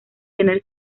tener